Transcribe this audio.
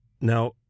Now